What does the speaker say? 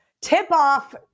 tip-off